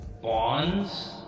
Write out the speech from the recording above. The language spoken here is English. bonds